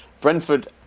Brentford